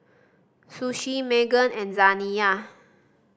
Suzie Meghann and Zaniyah